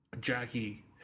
Jackie